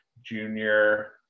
junior